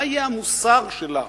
מה יהיה המוסר שלה?